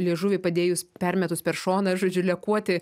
liežuvį padėjus permetus per šoną žodžiu lekuoti